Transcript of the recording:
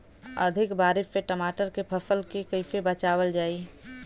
अधिक बारिश से टमाटर के फसल के कइसे बचावल जाई?